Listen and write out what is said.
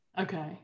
Okay